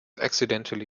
accidentally